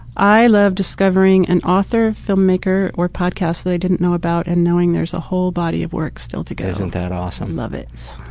i love discovering an author, film maker, or podcast that i didn't know about, and knowing there is a whole body at work still together. isn't that awesome? love it.